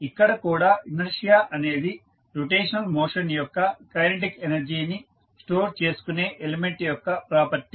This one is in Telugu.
కావున ఇక్కడ కూడా ఇనర్షియా అనేది రోటేషనల్ మోషన్ యొక్క కైనెటిక్ ఎనర్జీ ని స్టోర్ చేసుకునే ఎలిమెంట్ యొక్క ప్రాపర్టీ